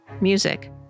Music